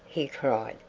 he cried,